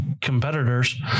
competitors